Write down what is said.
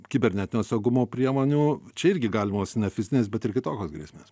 kibernetinio saugumo priemonių čia irgi galimos ne fizinės bet ir kitokios grėsmės